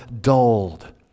dulled